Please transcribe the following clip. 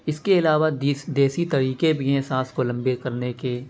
اس کے علاوہ دیس دیسی طریقے بھی ہیں سانس کو لمبے کرنے کے